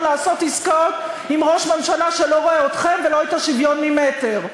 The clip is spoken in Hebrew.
או לעשות עסקאות עם ראש ממשלה שלא רואה אתכם ולא את השוויון ממטר.